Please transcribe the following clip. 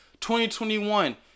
2021